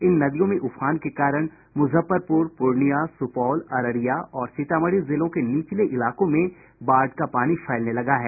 इन नदियों में उफान के कारण मुजफ्फरपुर पूर्णियां सुपौल अररिया और सीतामढ़ी जिलों के निचले इलाकों में बाढ़ का पानी फैलने लगा है